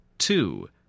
Two